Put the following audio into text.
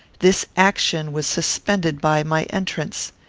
this action was suspended by my entrance.